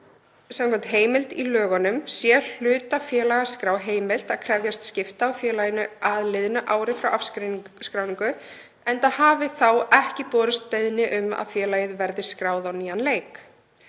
samkvæmt heimild í 108. gr. laganna, sé hlutafélagaskrá heimilt að krefjast skipta á félaginu að liðnu ári frá afskráningu, enda hafi þá ekki borist beiðni um að félagið verði skráð á nýjan leik.